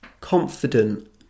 confident